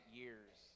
years